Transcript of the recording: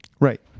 Right